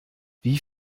wie